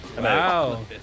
Wow